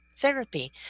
therapy